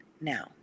Now